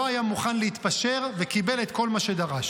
לא היה מוכן להתפשר וקיבל את כל מה שדרש.